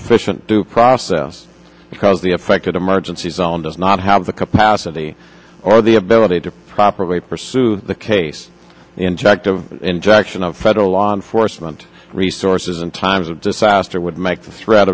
official due process because the affected emergency zone does not have the capacity or the ability to properly pursue the case injective injection of federal law enforcement resources in times of disaster would make the threat